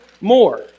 more